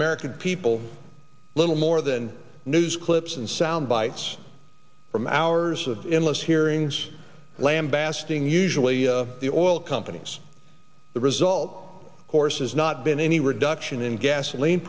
american people little more than news clips and sound bites from hours of endless hearings lambaste ing usually the oil companies the result of course has not been any reduction in gasoline